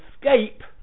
escape